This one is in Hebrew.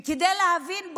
וכדי להבין,